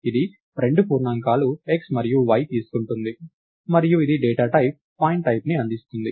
ఇది రెండు పూర్ణాంకాలు x మరియు y తీసుకుంటుంది మరియు ఇది డేటా టైప్ పాయింట్టైప్ని అందిస్తుంది